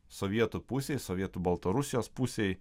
sovietų pusėj sovietų baltarusijos pusėj